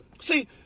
See